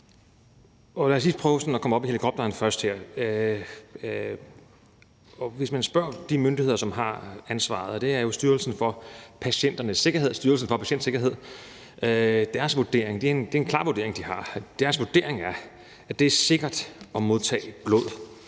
lige sådan prøve at komme op i helikopteren. Hvis man spørger de myndigheder, som har ansvaret, og det er jo Styrelsen for Patientsikkerhed, er deres vurdering en klar vurdering, altså at det er sikkert at modtage blod